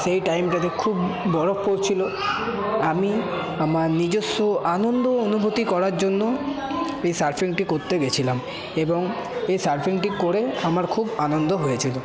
সেই টাইমটাতে খুব বরফ পড়ছিলো আমি আমার নিজস্ব আনন্দ অনুভূতি করার জন্য এই সার্ফিংটি করতে গেছিলাম এবং এই সার্ফিংটি করে আমার খুব আনন্দ হয়েছিলো